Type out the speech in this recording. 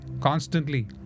constantly